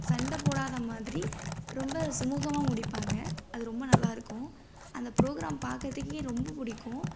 சண்டை போடாத மாதிரி ரொம்ப சுமூகமாக முடிப்பாங்க அது ரொம்ப நல்லாயிருக்கும் அந்த ப்ரோக்ராம் பார்க்கறதுக்கே ரொம்ப பிடிக்கும்